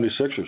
76ers